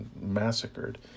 massacred